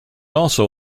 also